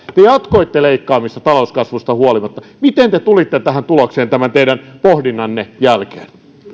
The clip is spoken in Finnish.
te jatkoitte leikkaamista talouskasvusta huolimatta miten te tulitte tähän tulokseen tämän teidän pohdintanne jälkeen